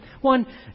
One